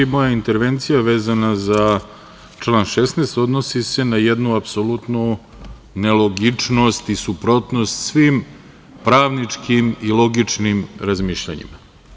Moja intervencija vezana za član 16, odnosi se na jednu apsolutnu nelogičnost i suprotnost svim pravničkim i logičnim razmišljanjima.